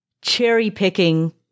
cherry-picking